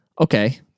okay